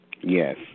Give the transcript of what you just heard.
yes